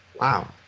Wow